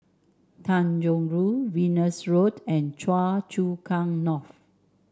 Tanjong Rhu Venus Road and Choa Chu Kang North